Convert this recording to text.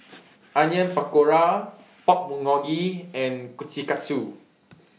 Onion Pakora Pork Bulgogi and Kushikatsu